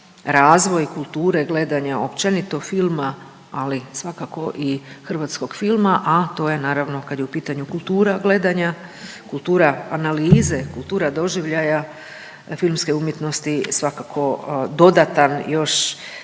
razvoj kulture gledanja općenito filma, ali svakako i hrvatskog filma, a to je naravno kad je u pitanju kultura gledanja, kultura analize, kultura doživljaja filmske umjetnosti. Svakako dodatan još,